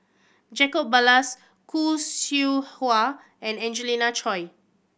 Jacob Ballas Khoo Seow Hwa and Angelina Choy